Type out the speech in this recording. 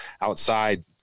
outside